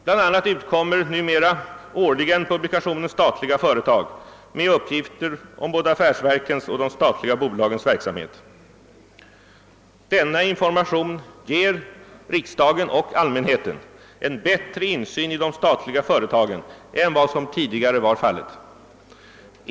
BL a. utkommer numera årligen publikationen Statliga företag med uppgift om både affärsverkens och de statliga bolagens verksamhet. Denna information ger riksdagen och allmänheten en bättre insyn i de statliga företagen än vad som tidigare var fallet.